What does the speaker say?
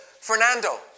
Fernando